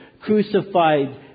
crucified